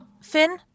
Finn